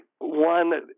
one